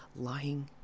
lying